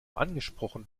angesprochen